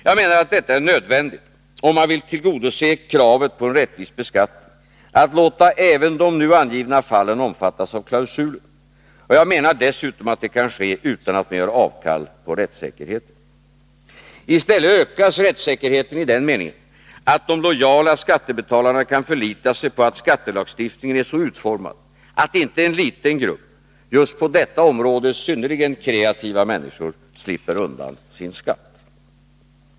Jag menar att det är nödvändigt, om man vill tillgodose kravet på en rättvis beskattning, att låta även de nu angivna fallen omfattas av klausulen, och jag menar dessutom att det kan ske utan att man gör avkall på rättssäkerheten. I stället ökas rättssäkerheten i den meningen att de lojala skattebetalarna kan förlita sig på att skattelagstiftningen är så utformad att inte en liten grupp — just på detta område synnerligen kreativa människor — slipper undan sin skatt.